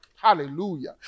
Hallelujah